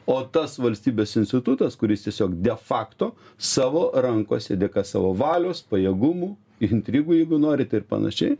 o tas valstybės institutas kuris tiesiog defakto savo rankose dėka savo valios pajėgumų ir intrigų jeigu norit ir panašiai